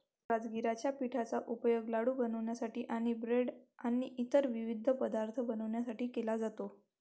राजगिराच्या पिठाचा उपयोग लाडू बनवण्यासाठी आणि ब्रेड आणि इतर विविध पदार्थ बनवण्यासाठी केला जातो